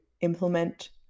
implement